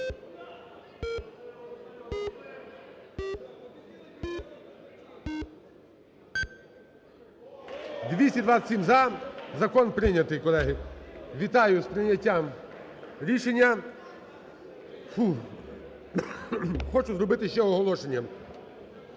За-227 Закон прийнятий, колеги. Вітаю з прийняттям рішення. Хочу зробити ще оголошення.